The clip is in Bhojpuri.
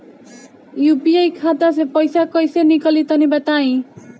यू.पी.आई खाता से पइसा कइसे निकली तनि बताई?